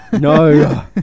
No